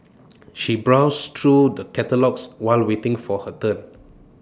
she browsed through the catalogues while waiting for her turn